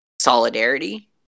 solidarity